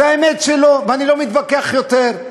זו האמת שלו, ואני לא מתווכח יותר.